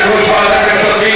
יש רגעים שאסור להצביע כך.